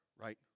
right